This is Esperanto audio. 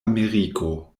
ameriko